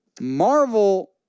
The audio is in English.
Marvel